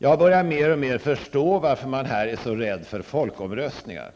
Jag börjar mer och mer förstå varför man här är så rädd för folkomröstningar.